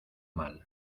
mal